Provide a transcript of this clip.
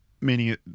meaning